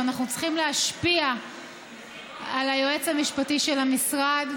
אנחנו צריכים להשפיע על היועץ המשפטי של המשרד,